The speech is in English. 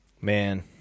Man